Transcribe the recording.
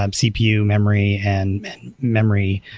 um cpu memory, and memory,